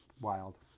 Wild